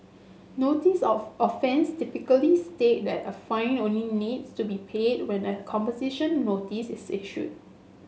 notice of offence typically state that a fine only needs to be paid when a composition notice is issued